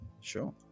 Sure